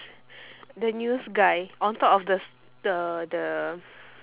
the news guy on top of the the the